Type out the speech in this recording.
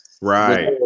Right